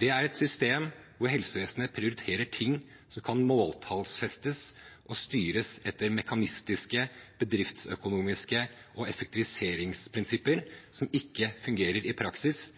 Det er et system hvor helsevesenet prioriterer ting som kan måltallsfestes og styres etter mekanistiske, bedriftsøkonomiske effektiviseringsprinsipper som ikke fungerer i praksis,